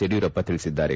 ಯಡಿಯೂರಪ್ಪ ತಿಳಿಸಿದ್ದಾರೆ